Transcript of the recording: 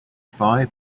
phi